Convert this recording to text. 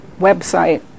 website